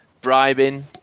bribing